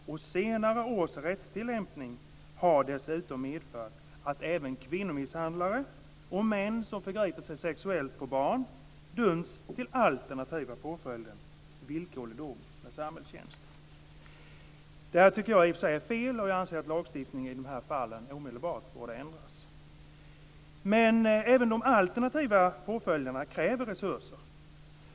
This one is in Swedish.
Senare års rättstillämpning har dessutom medfört att även kvinnomisshandlare och män som har förgripit sig sexuellt på barn döms till den alternativa påföljden villkorlig dom med samhällstjänst. Det tycker jag i och för sig är fel, och jag anser att lagstiftningen i de här fallen omedelbart borde ändras, men även de alternativa påföljderna kräver resurser.